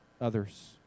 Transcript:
others